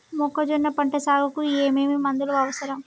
మొక్కజొన్న పంట సాగుకు ఏమేమి మందులు అవసరం?